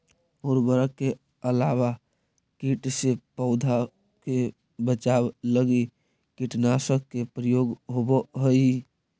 उर्वरक के अलावा कीट से पौधा के बचाव लगी कीटनाशक के प्रयोग होवऽ हई